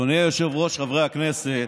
אדוני היושב-ראש, חברי הכנסת,